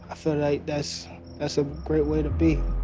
i feel like that's that's a great way to be.